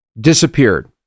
Disappeared